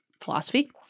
philosophy